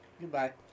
goodbye